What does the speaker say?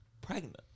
pregnant